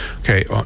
Okay